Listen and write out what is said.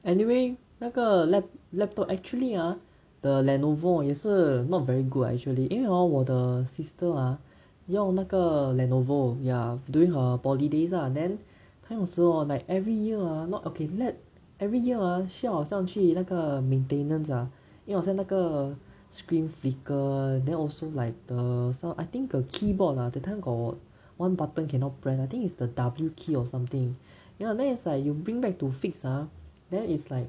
anyway 那个 lap~ laptop actually ah the Lenovo 也是 not very good ah actually 因为 hor 我的 sister ah 用那个 Lenovo ya during her poly days ah then 当时 hor like every year ah not okay like every year ah 需要好像去那个 maintenance ah 因为好像那个 screen speaker then also like the sound I think the keyboard ah that time got one button cannot press I think it's the W key or something ya then it's like you bring back to fix ah then is like